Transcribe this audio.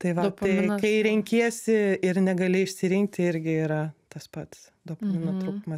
tai va tai kai renkiesi ir negali išsirinkti irgi yra tas pats dopamino trūkumas